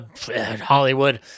Hollywood